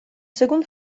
seconde